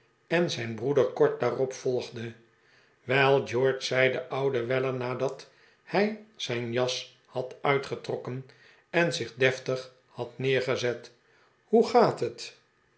en zijn broeder kort daarop volgde wel george zei de oude weller nadat hij zijn jas had uitgetrokken en zich deftig had neergezet hoe gaat het